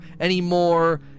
anymore